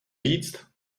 říct